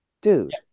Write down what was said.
Dude